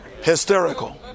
hysterical